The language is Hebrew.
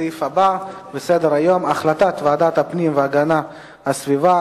הסעיף הבא בסדר-היום: החלטת ועדת הפנים והגנת הסביבה,